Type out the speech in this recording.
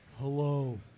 Hello